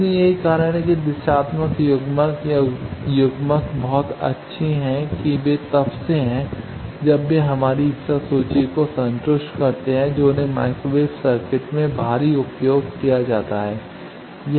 इसलिए यही कारण है कि दिशात्मक युग्मक या युग्मक बहुत अच्छे हैं कि वे तब से हैं जब वे हमारी सभी इच्छा सूची को संतुष्ट करते हैं जो उन्हें माइक्रोवेव सर्किट में भारी उपयोग किया जाता है